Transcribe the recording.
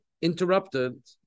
interrupted